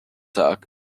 tag